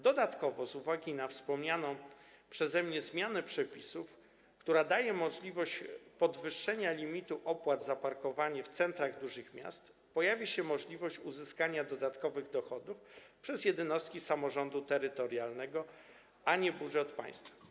Dodatkowo z uwagi na wspomnianą przeze mnie zmianę przepisów, która daje możliwość podwyższenia limitu opłat za parkowanie w centrach dużych miast, pojawi się szansa uzyskania dodatkowych dochodów przez jednostki samorządu terytorialnego, a nie budżet państwa.